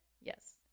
yes